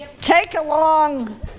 take-along